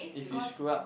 if you screw up